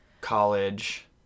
College